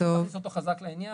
הולכים להכניס אותו חזק לעניין.